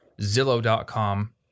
Zillow.com